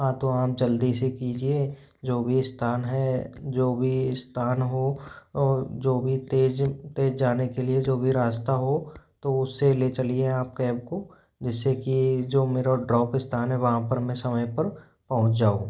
हाँ तो आप जल्दी से कीजिए जो भी स्थान है जो भी स्थान हो और जो भी तेज़ तेज़ जाने के लिए जो भी रास्ता हो तो उस से ले चलिए आप कैब को जिस से कि जो मेरा ड्रॉप स्थान है वहाँ पर मैं समय पर पहुंच जाऊँ